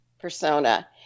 persona